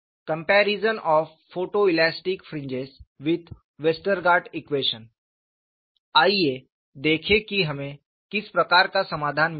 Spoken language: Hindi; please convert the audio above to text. comparison of photo elastic fringes with Westergaard equation आइए देखें कि हमें किस प्रकार का समाधान मिलता है